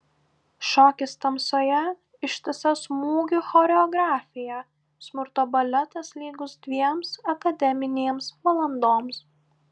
šokis tamsoje ištisa smūgių choreografija smurto baletas lygus dviems akademinėms valandoms